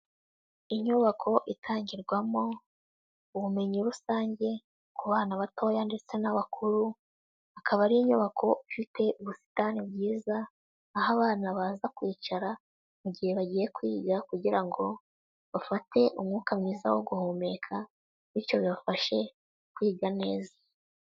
Inyubako itangirwamo ubumenyi rusange ku bana batoya ndetse n'abakuru, akaba ari inyubako ifite ubusitani bwiza, aho abana baza kwicara mu gihe bagiye kwiga kugira ngo bafate umwuka mwiza wo guhumeka, bityo bibafashe kwiga neza.